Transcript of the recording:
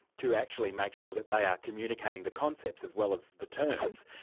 to actually make sure that they are communicating the concepts as well as the terms,